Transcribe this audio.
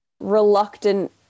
Reluctant